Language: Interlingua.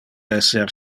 esser